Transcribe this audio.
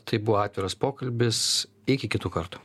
tai buvo atviras pokalbis iki kitų kartų